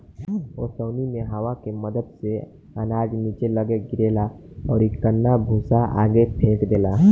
ओसौनी मे हवा के मदद से अनाज निचे लग्गे गिरेला अउरी कन्ना भूसा आगे फेंक देला